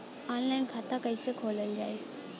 Online खाता कईसे खोलल जाई?